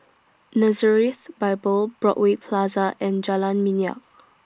Nazareth Bible Broadway Plaza and Jalan Minyak